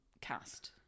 cast